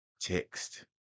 Text